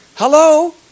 Hello